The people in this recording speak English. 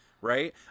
right